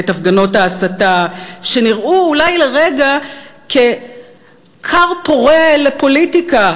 את הפגנות ההסתה שנראו אולי לרגע ככר פורה לפוליטיקה,